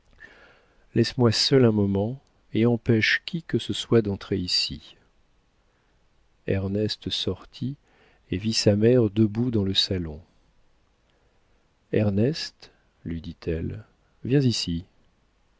laisse-moi seul un moment et empêche qui que ce soit d'entrer ici ernest sortit et vit sa mère debout dans le salon ernest lui dit-elle viens ici